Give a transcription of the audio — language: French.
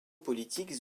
politiques